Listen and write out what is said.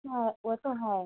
हाँ वो तो है